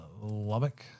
Lubbock